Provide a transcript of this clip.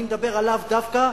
אני מדבר עליו דווקא,